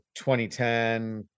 2010